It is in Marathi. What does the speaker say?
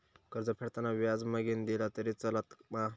कर्ज फेडताना व्याज मगेन दिला तरी चलात मा?